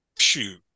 Shoot